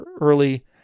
early